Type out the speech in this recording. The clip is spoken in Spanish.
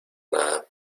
nada